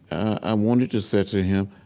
i wanted to say to him,